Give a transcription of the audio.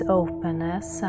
openness